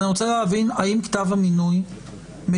אני רוצה להבין האם כתב המינוי מצומצם